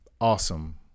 awesome